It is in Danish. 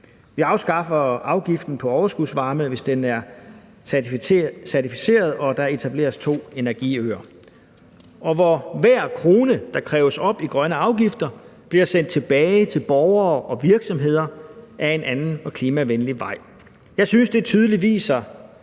Vi afskaffer afgiften på overskudsvarme, hvis den er certificeret, og der etableres to energiøer. Og hver krone der kræves op i grønne afgifter bliver sendt tilbage til borgere og virksomheder ad en anden og klimavenlig vej. Jeg synes, at det tydeligt viser,